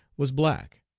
was black.